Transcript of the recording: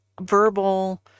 verbal